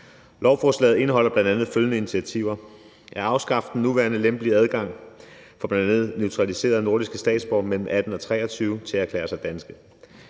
Lovforslaget indeholder bl.a. følgende initiativer: at afskaffe den nuværende lempelige adgang for bl.a. naturaliserede nordiske statsborgere mellem 18 og 23 år til at erklære sig danske;